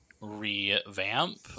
revamp